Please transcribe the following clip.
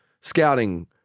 scouting